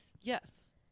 Yes